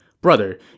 Brother